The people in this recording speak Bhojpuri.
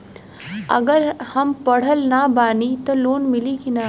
अगर हम पढ़ल ना बानी त लोन मिली कि ना?